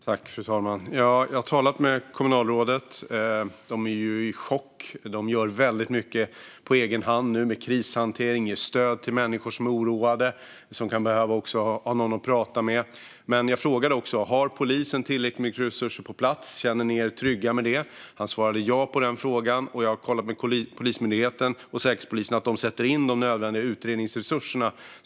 Fru talman! Jag har talat med kommunalrådet. De är i chock. Men de gör nu mycket på egen hand med krishantering och med att ge stöd till människor som är oroade och som kan behöva någon att prata med. Jag frågade också om polisen har tillräckligt med resurser på plats och om de känner sig trygga med det. Han svarade ja på det. Jag har också kollat med Polismyndigheten och Säkerhetspolisen att de nu sätter in nödvändiga utredningsresurser.